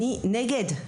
אני נגד.